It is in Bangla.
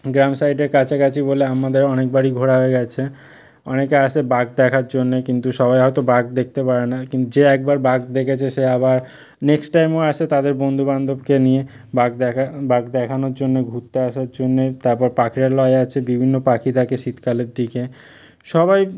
গ্রাম সাইডের কাছাকাছি বলে আমাদের অনেকবারই ঘোরা হয়ে গেছে অনেকে আসে বাঘ দেখার জন্যে কিন্তু সবাই হয়তো বাঘ দেখতে পারে না কিন্তু যে একবার বাঘ দেখেছে সে আবার নেক্সট টাইমও আসে তাদের বন্ধুবান্ধবকে নিয়ে বাঘ দেখা বাঘ দেখানোর জন্য ঘুরতে আসার জন্যে তারপর পাখিরালয় আছে বিভিন্ন পাখি থাকে শীতকালের দিকে সবাই